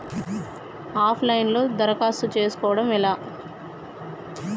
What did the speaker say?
Of line లో loan దరఖాస్తు చేసుకోవడం ఎలా?